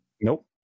Nope